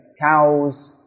cows